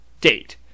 Date